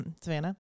Savannah